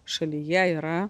šalyje yra